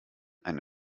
eine